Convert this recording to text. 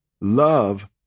Love